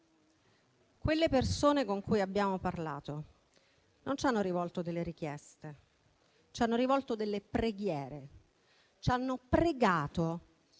Quelle persone con cui abbiamo parlato non ci hanno rivolto delle richieste, ma delle preghiere. Ci hanno pregato